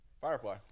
Firefly